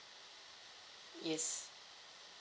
yes